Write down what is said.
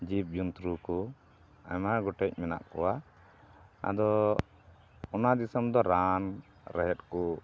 ᱡᱤᱵᱽ ᱡᱚᱱᱛᱨᱩ ᱠᱚ ᱟᱭᱢᱟ ᱜᱚᱴᱮᱡ ᱢᱮᱱᱟᱜ ᱠᱚᱣᱟ ᱟᱫᱚ ᱚᱱᱟ ᱫᱤᱥᱚᱢ ᱫᱚ ᱨᱟᱱ ᱨᱮᱦᱮᱫ ᱠᱚ